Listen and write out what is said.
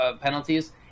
penalties